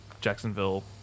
Jacksonville